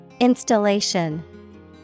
Installation